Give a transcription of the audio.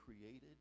created